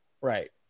Right